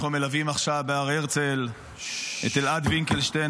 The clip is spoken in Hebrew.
אנחנו מלווים עכשיו בהר הרצל את אלעד וינקלשטיין,